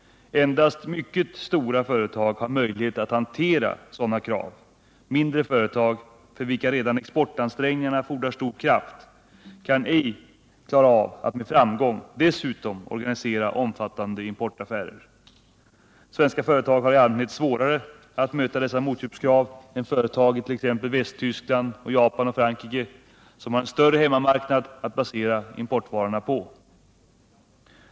Endast mycket stora företag har möjlighet att hantera sådana krav. Mindre företag, för vilka redan exportansträngningarna innebär stora krav, kan inte klara av att med framgång dessutom organisera omfattande importaffärer. Svenska företag har i allmänhet svårare att möta dessa motköpskrav än t.ex. Västtyskland, Japan och Frankrike, som har en större hemmamarknad att placera importvarorna på.